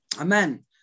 Amen